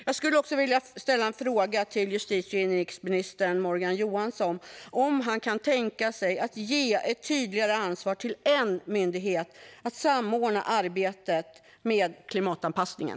Jag skulle också vilja ställa en fråga till justitie och inrikesminister Morgan Johansson, och den är om han kan tänka sig att ge ett tydligare ansvar till en myndighet att samordna arbetet med klimatanpassningen.